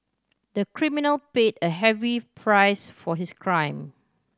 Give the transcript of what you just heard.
the criminal paid a heavy price for his crime